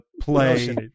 play